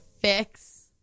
fix